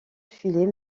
filet